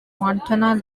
montana